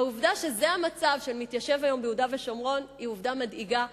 העובדה שזה המצב של מתיישב היום ביהודה ושומרון היא עובדה מדאיגה,